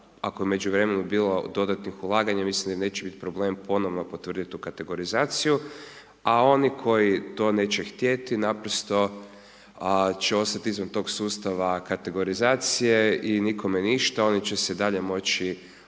ako je u međuvremenu bilo dodatnih ulaganja, mislim da neće biti problem ponovno potvrditi tu kategorizaciju. A oni koji to neće htjeti, naprosto će ostati izvan tog sustava kategorizacije i nikome ništa, oni će se i dalje moći